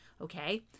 Okay